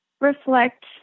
reflect